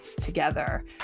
together